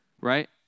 right